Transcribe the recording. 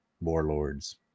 warlords